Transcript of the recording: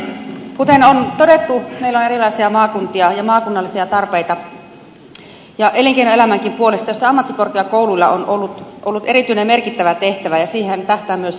kuten on todettu meillä on erilaisia maakuntia ja maakunnallisia tarpeita elinkeinoelämänkin puolesta jossa ammattikorkeakouluilla on ollut erityinen ja merkittävä tehtävä ja siihen tähtää myös se ammattikorkeakoululaki